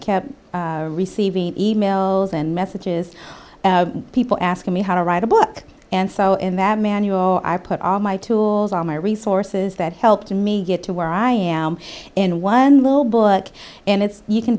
kept receiving e mails and messages people asking me how to write a book and so in that manual i put all my tools on my resources that helped me get to where i am in one little book and it's you can